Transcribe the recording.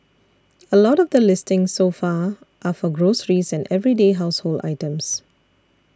a lot of the listings so far are for groceries and everyday household items